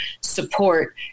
support